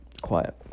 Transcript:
quiet